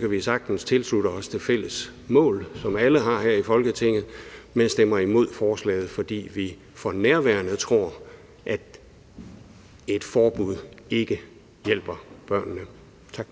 kan vi sagtens tilslutte os det fælles mål, som alle har her i Folketinget, men stemmer imod forslaget, fordi vi for nærværende tror, at et forbud ikke hjælper børnene. Tak.